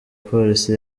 polisi